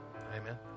Amen